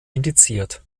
indiziert